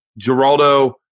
Geraldo